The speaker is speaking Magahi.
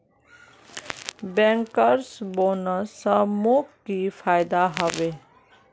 बैंकर्स बोनस स मोक की फयदा हबे